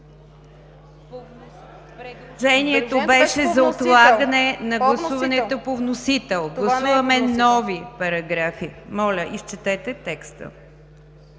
Предложението беше за отлагане на гласуването по вносител. Гласуваме нови параграфи. Моля, изчетете текста.